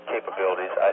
capabilities